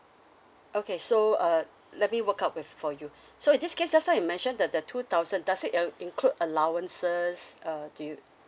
okay so uh let me work out with for you so in this case just now you mentioned the the two thousand does it uh include allowances uh do you